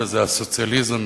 וזה הסוציאליזם,